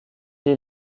est